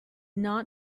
not